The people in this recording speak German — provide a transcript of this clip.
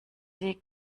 sie